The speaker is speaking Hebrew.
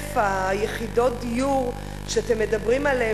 50,000 יחידות דיור שאתם מדברים עליהן